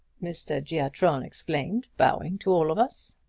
mr. giatron exclaimed, bowing to all of us.